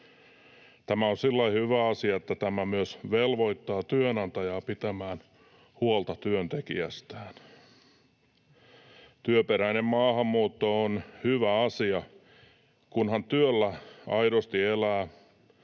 lailla hyvä asia, että tämä myös velvoittaa työnantajaa pitämään huolta työntekijästään. Työperäinen maahanmuutto on hyvä asia, kunhan työllä aidosti elää